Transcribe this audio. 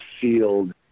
field